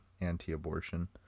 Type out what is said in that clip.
anti-abortion